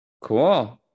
Cool